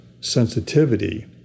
sensitivity